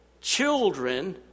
children